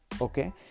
Okay